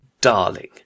Darling